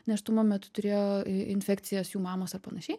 nėštumo metu turėjo infekcijas jų mamos ar panašiai